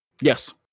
Yes